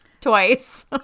twice